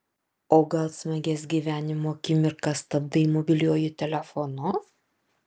o gal smagias gyvenimo akimirkas stabdai mobiliuoju telefonu